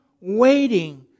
waiting